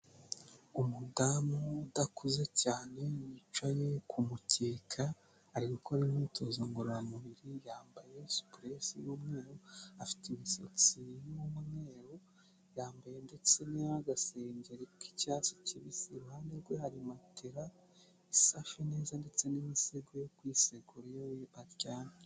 Umudamu udakuze cyane wicaye kumukeka ari gukora imyitozo ngorora mubiri yambaye supuresi y'umweru afite imisatsi y'umweru yambaye ndetse n'agasengeri k'icyatsi kibisi iruhande rwe harimatera isa neza ndetse n'imisego yo kwisegura iyo aryamye.